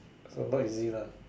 not easy lah